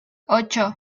ocho